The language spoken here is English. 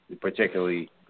particularly